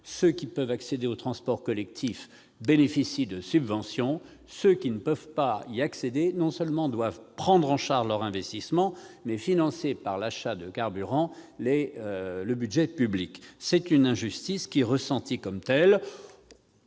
ceux qui peuvent accéder aux transports collectifs bénéficient de subventions, quand ceux qui ne peuvent pas y accéder doivent non seulement prendre en charge leur investissement, mais aussi financer par l'achat de carburant le budget public. C'est une injustice, qui est ressentie comme telle.